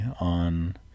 on